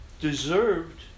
deserved